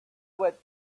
went